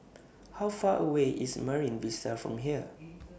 How Far away IS Marine Vista from here